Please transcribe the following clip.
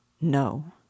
No